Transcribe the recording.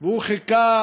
והוא חיכה